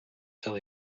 till